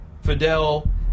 Fidel